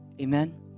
amen